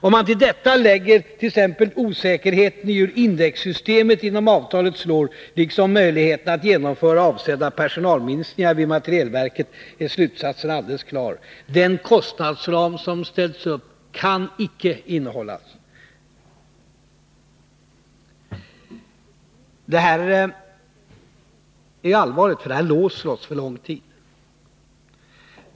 Om man till detta lägger t.ex. osäkerheten beträffande hur indexsystemet i avtalet slår liksom beträffande möjligheterna att genomföra den avsedda personalminskningen inom materielverket, är slutsatsen alldeles klar: den kostnadsram som ställts upp kan icke hållas. Detta är allvarligt, eftersom det låser oss för lång tid.